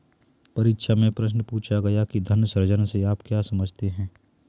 परीक्षा में प्रश्न पूछा गया कि धन सृजन से आप क्या समझते हैं?